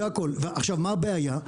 עכשיו מה הבעיה.